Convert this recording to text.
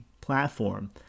platform